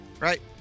Right